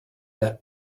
that